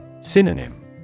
Synonym